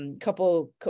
couple